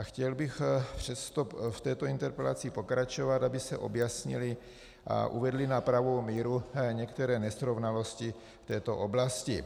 Chtěl bych přesto v této interpelaci pokračovat, aby se objasnily a uvedly na pravou míru některé nesrovnalosti v této oblasti.